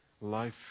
life